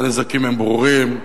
הנזקים הם ברורים,